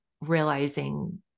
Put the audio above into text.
realizing